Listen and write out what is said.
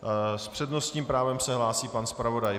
S přednostním právem se hlásí pan zpravodaj.